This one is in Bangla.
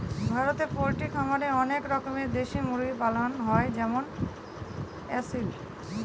ভারতে পোল্ট্রি খামারে অনেক রকমের দেশি মুরগি পালন হয় যেমন আসিল